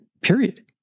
Period